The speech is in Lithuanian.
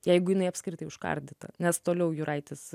jeigu jinai apskritai užkardyta nes toliau juraitis